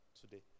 today